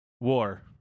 War